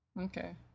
Okay